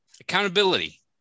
accountability